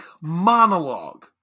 monologue